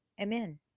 Amen